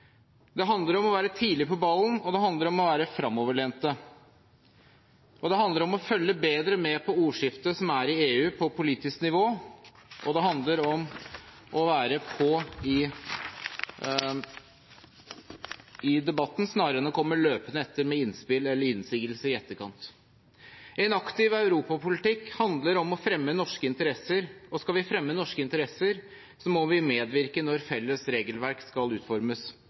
Det handler om å være tidlig på ballen, og det handler om å være fremoverlent. Det handler om å følge bedre med på ordskiftet som er i EU på politisk nivå, og det handler om å være på i debatten, snarere enn å komme løpende etter med innspill eller innsigelser i etterkant. En aktiv europapolitikk handler om å fremme norske interesser, og skal vi fremme norske interesser, må vi medvirke når felles regelverk skal utformes,